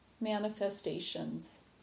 manifestations